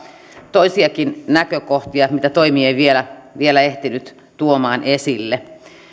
toisiakin näkökohtia mitä toimi ei vielä ehtinyt tuomaan esille